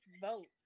votes